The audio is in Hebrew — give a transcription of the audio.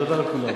אני מדבר על כולם.